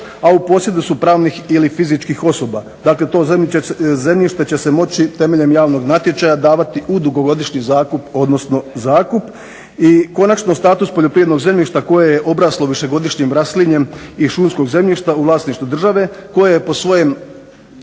a u posjedu su pravnih ili fizičkih osoba. Dakle, to zemljište će se moći temeljem javnog natječaja davati u dugogodišnji zakup, odnosno zakup. I konačno, status poljoprivrednog zemljišta koje je obraslo višegodišnjim raslinjem i šumskog zemljišta u vlasništvu države koje je po svojem